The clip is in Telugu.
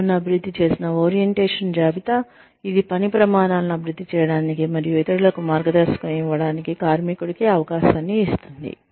షియెన్ అభివృద్ధి చేసిన ఓరియంటేషన్ జాబితా ఇది పని ప్రమాణాలను అభివృద్ధి చేయడానికి మరియు ఇతరులకు మార్గదర్శకత్వం ఇవ్వడానికి కార్మికుడికి అవకాశాన్ని ఇస్తుంది